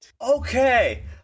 Okay